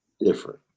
different